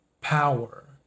power